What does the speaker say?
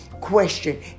question